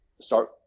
start